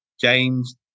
James